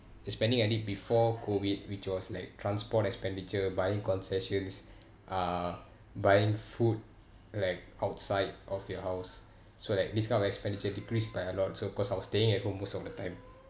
the spending I did before COVID which was like transport expenditure buying concessions uh buying food like outside of your house so like this kind of expenditure decreased by a lot so cause I was staying at home most of the time